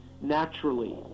naturally